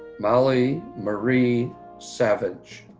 molly marie savage.